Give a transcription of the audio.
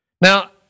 Now